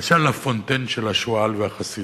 משל לה פונטיין של השועל והחסידה?